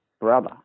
brother